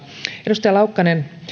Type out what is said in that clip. edustaja laukkanen